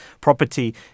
property